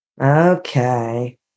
okay